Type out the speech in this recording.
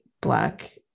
black